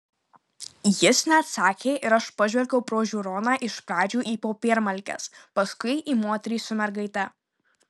jis neatsakė ir aš pažvelgiau pro žiūroną iš pradžių į popiermalkes paskui į moterį su mergaite